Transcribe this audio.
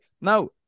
Now